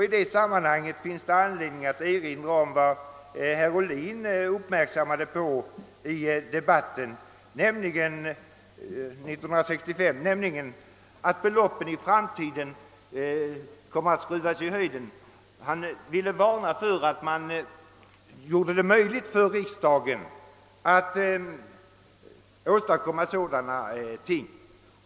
I det sammanhanget finns det anledning att erinra om att herr Ohlin i debatten 1965 ville varna för att man gjorde det möjligt för riksdagen att i framtiden skruva beloppen i höjden.